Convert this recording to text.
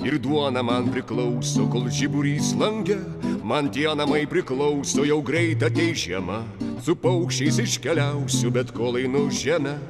ir duona man priklauso žiburys lange man tie namai priklauso jau greit ateis žiema su paukščiais iškeliausiu bet kol einu žeme